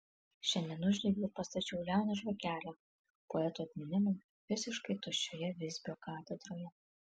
šiandien uždegiau ir pastačiau liauną žvakelę poeto atminimui visiškai tuščioje visbio katedroje